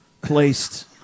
placed